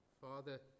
Father